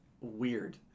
weird